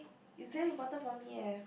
it's damn important for me eh